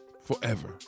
forever